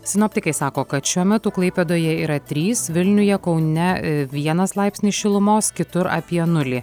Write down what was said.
sinoptikai sako kad šiuo metu klaipėdoje yra trys vilniuje kaune vienas laipsnį šilumos kitur apie nulį